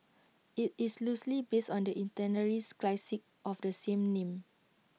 IT is loosely based on the classic of the same name